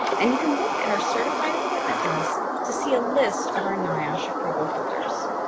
and you can look at our certified equipment list to see a list of our niosh approval holders.